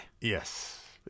Yes